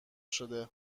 شده